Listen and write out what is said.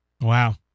Wow